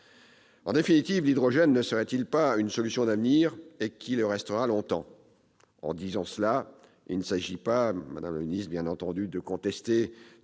En définitive, l'hydrogène ne serait-il pas une solution d'avenir, et qui le restera longtemps ?